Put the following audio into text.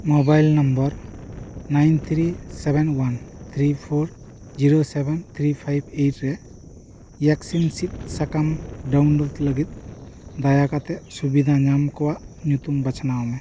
mobile number nine three seven one three four zero seven three five eight ᱨᱮ ᱭᱮᱠᱥᱤᱱ ᱥᱤᱫ ᱥᱟᱠᱟᱢ download ᱞᱟ ᱜᱤᱫ ᱫᱟᱭᱟᱠᱟᱛᱮ ᱥᱩᱵᱤᱫᱟ ᱧᱟᱢ ᱠᱚᱣᱟᱜ ᱧᱩᱛᱩᱢ ᱵᱟᱪᱷᱱᱟᱣ ᱢᱮ